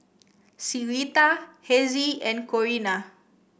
Syreeta Hezzie and Corrina